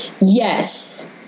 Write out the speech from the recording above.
yes